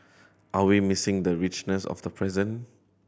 are we missing the richness of the present